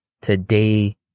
today